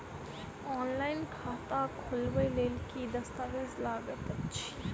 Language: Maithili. ऑनलाइन खाता खोलबय लेल केँ दस्तावेज लागति अछि?